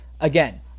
Again